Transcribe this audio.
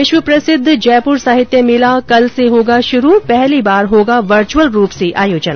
विश्व प्रसिद्ध जयपुर साहित्य मेला कल से होगा शुरू पहली बार होगा वर्चुअल रूप से आयोजन